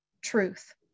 truth